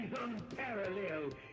unparalleled